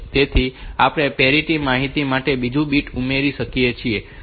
તેથી આપણે પેરીટી માહિતી માટે બીજું બીટ ઉમેરી શકીએ છીએ